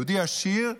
יהודי עשיר,